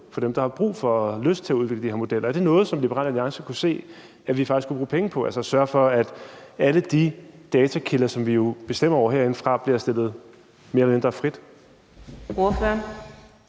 for dem, der har brug for og lyst til at udvikle de her modeller. Er det noget, som Liberal Alliance kan se at vi faktisk kunne bruge penge på, altså sørge for, at alle de datakilder, som vi jo bestemmer over herindefra, bliver stillet mere eller mindre frit?